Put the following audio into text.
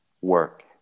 work